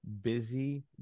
busy